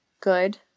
good